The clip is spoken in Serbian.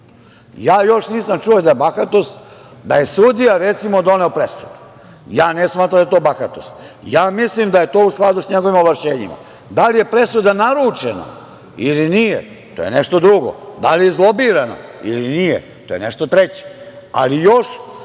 Ja još nisam čuo da je bahatost da je sudija recimo doneo presudu. Ne smatram da je to bahatost. Mislim da je to u skladu sa njegovim ovlašćenjima. Da li je presuda naručena ili nije, to je nešto drugo. Da li je izlobirana ili nije, to je nešto treće, ali još